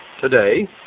today